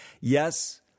Yes